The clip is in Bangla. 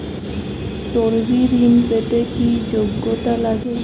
তলবি ঋন পেতে কি যোগ্যতা লাগে?